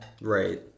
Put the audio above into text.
Right